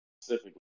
specifically